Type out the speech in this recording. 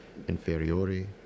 inferiori